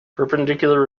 perpendicular